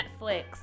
Netflix